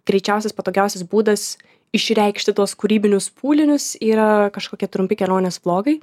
greičiausias patogiausias būdas išreikšti tuos kūrybinius pūlinius yra kažkokie trumpi kelionės vlogai